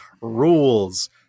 rules